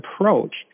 approach